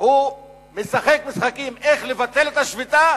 הוא משחק משחקים איך לבטל את השביתה